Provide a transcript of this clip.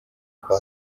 kwa